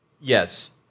Yes